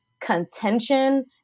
contention